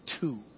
two